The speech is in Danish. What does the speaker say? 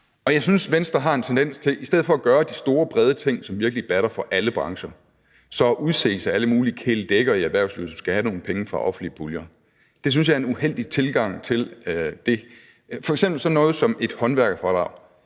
Jeg synes, Venstre har en tendens til i stedet for at gøre de store, brede ting, som virkelig batter for alle brancher, så at udse sig alle mulige kæledægger i erhvervslivet, som skal have nogle penge fra offentlige puljer. Det synes jeg er en uheldig tilgang til det. F.eks. er sådan noget som et håndværkerfradrag